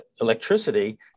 electricity